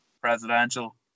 Presidential